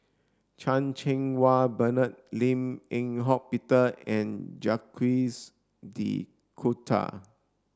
Chan Cheng Wah Bernard Lim Eng Hock Peter and Jacques de Coutre